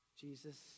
Jesus